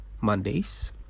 Mondays